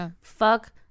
fuck